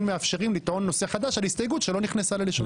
מאפשרים לטעון נושא חדש על הסתייגות שלא נכנסה ללשון החוק.